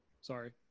sorry